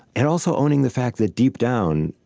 and also owning the fact that deep down,